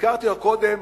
שהזכרתי קודם,